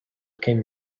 came